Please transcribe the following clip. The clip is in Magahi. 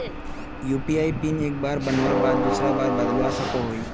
यु.पी.आई पिन एक बार बनवार बाद दूसरा बार बदलवा सकोहो ही?